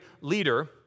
leader